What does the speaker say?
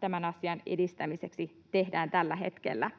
tämän asian edistämiseksi tehdään tällä hetkellä?